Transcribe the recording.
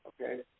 Okay